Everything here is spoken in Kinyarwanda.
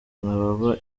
ababa